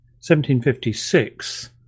1756